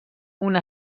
una